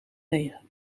negen